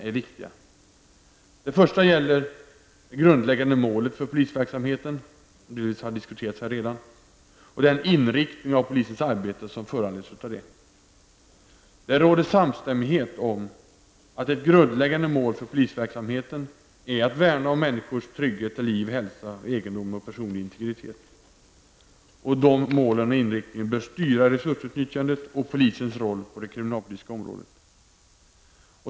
Det första huvudområdet gäller det grundläggande målet för polisverksamheten, och det har diskuterats här redan -- och den inriktning av polisens arbete som föranleds av det. Det råder samstämmighet om att ett grundläggande mål för polisens verksamhet är att värna om människors trygghet, liv, hälsa, egendom och personlig integritet. Verksamhetens mål och inriktning bör styra resursutnyttjandet och polisens roll på det kriminalpolitiska området.